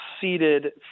seated